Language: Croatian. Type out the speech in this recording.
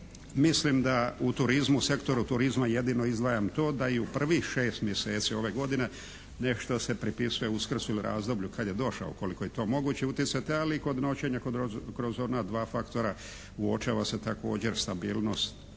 mislim da u turizmu, sektoru turizma jedino izdvajam to da je u prvih 6 mjeseci ove godine nešto se pripisuje Uskrsu ili razdoblju kad je došao, ukoliko je to moguće utjecati, ali i kod noćenja kroz ona dva faktora uočava se također stabilnost